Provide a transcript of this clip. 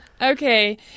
Okay